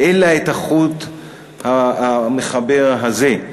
אלא את החוט המחבר הזה.